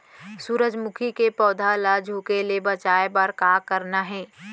सूरजमुखी के पौधा ला झुके ले बचाए बर का करना हे?